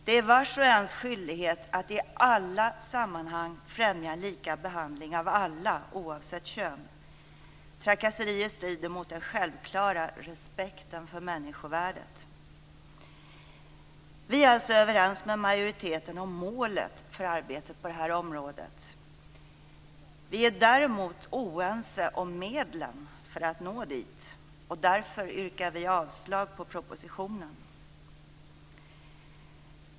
Det är vars och ens skyldighet att i alla sammanhang främja en lika behandling av alla, oavsett kön. Trakasserier strider mot den självklara respekten för människovärdet. Vi är alltså överens med majoriteten om målet för arbetet på detta område. Vi är däremot oense om medlen för att nå dit. Därför yrkar vi avslag på propositionen.